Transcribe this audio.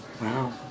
Wow